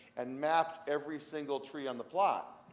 and mapped every single tree on the plot,